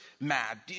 mad